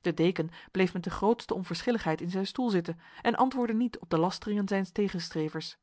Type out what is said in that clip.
de deken bleef met de grootste onverschilligheid in zijn stoel zitten en antwoordde niet op de lasteringen zijns tegenstrevers